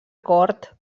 cort